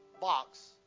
box